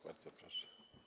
Bardzo proszę.